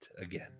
again